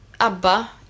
ABBA